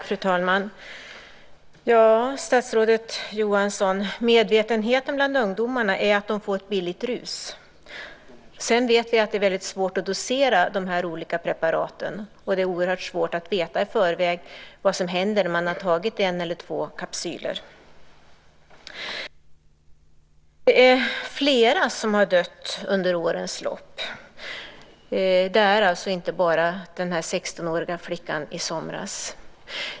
Fru talman! Medvetenheten bland ungdomarna, statsrådet Johansson, är att de får ett billigt rus. Sedan vet vi att det är väldigt svårt att dosera de här olika preparaten. Det är oerhört svårt att i förväg veta vad som händer när man har tagit en eller två kapsyler. Det är flera som har dött under årens lopp. Det är alltså inte bara den här 16-åriga flickan i somras.